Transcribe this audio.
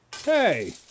Hey